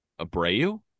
Abreu